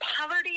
poverty